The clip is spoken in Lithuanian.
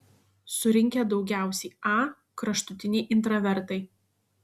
surinkę daugiausiai a kraštutiniai intravertai